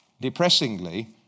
Depressingly